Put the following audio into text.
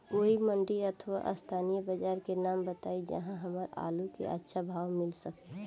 कोई मंडी अथवा स्थानीय बाजार के नाम बताई जहां हमर आलू के अच्छा भाव मिल सके?